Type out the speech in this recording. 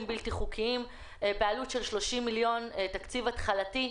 בלתי חוקיים בעלות של 30 מיליון שקלים כתקציב התחלתי.